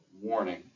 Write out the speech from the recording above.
warning